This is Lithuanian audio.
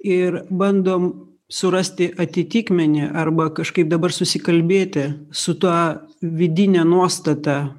ir bandom surasti atitikmenį arba kažkaip dabar susikalbėti su ta vidine nuostata